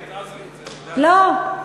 לא,